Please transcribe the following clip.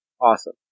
awesome